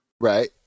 right